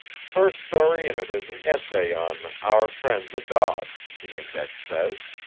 first story in it is an essay on our friend, the dog the index says.